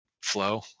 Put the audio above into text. flow